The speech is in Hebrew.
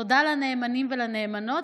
תודה לנאמנים ולנאמנות,